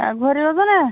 এক ভরি ওজনে